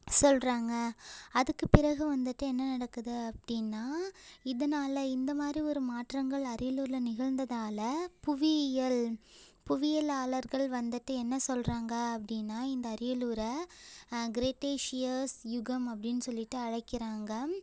சொல்கிறாங்க அதுக்குப் பிறகு வந்துட்டு என்ன நடக்குது அப்படின்னா இதனால் இந்த மாதிரி ஒரு மாற்றங்கள் அரியலூர்ல நிகழ்ந்ததால புவியியல் புவியலாளர்கள் வந்துட்டு என்ன சொல்கிறாங்க அப்படின்னா இந்த அரியலூரை க்ரிட்டிஷியர்ஸ் யுகம் அப்படின்னு சொல்லிட்டு அழைக்கிறாங்கள்